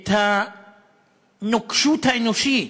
את הנוקשות האנושית